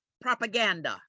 propaganda